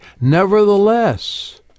Nevertheless